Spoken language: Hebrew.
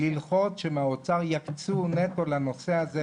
ללחוץ שמהאוצר יקצו נטו לנושא הזה,